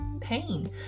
pain